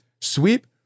sweep